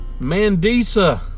Mandisa